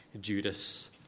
Judas